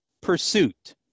pursuit